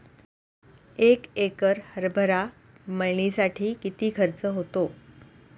एक एकर हरभरा मळणीसाठी किती खर्च होतो?